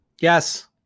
Yes